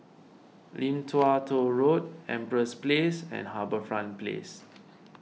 Lim Tua Tow Road Empress Place and HarbourFront Place